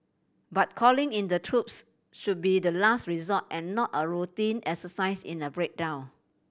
but calling in the troops should be the last resort and not a routine exercise in a breakdown